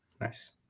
Nice